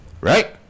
right